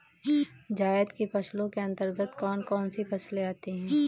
जायद की फसलों के अंतर्गत कौन कौन सी फसलें आती हैं?